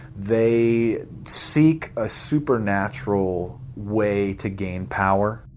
they seek a supernatural way to gain power.